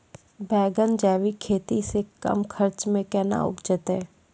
बैंगन जैविक खेती से कम खर्च मे कैना उपजते?